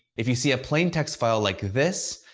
if you see a plain text file like this,